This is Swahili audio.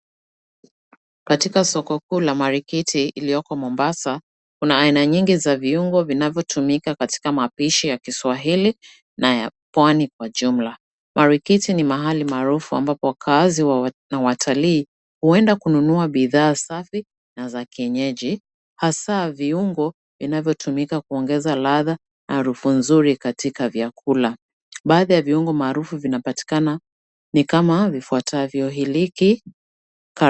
Katika soko kuu la marikiti ililoko Mombasa kuna aina nyingi za viungo zinazotumika katika mapishi ya Kiswahili na ya pwani kwa jumla. Marikiti ni mahali maarufu ambapo wakaazi na watalii huenda kununua bidhaa safi na za kienyeji hasa viungo inavyotumika kuongeza ladha na harufu nzuri katika vyakula. Baadhi ya viungo maarufu vinapatikana ni kama vifuatavyo iliki...